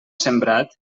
sembrat